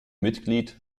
mitglied